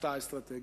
הפתעה אסטרטגית,